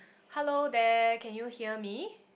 hello there can you hear me